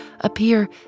appear